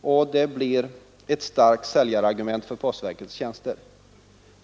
och det blir ett starkt säljargument för postverkets tjänster.